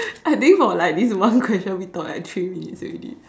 I think for like this one question we talk like three minutes already